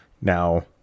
now